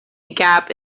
gap